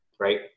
right